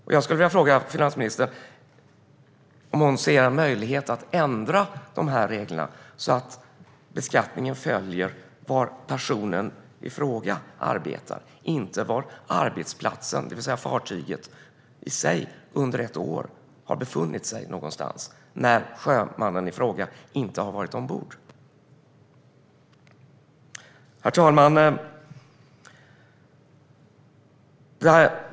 Jag skulle vilja fråga finansministern om hon ser någon möjlighet att ändra dessa regler så att beskattningen följer var personen i fråga arbetar, inte var arbetsplatsen - det vill säga fartyget - i sig under ett år har befunnit sig när sjömannen inte har varit ombord. Herr talman!